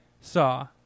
Saw